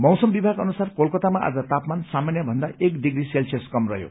मौसम विभाग अनुसार कोलकतामा आज तापमान सामान्य भन्दा एक डिग्री सेल्सीयस् कम रहयो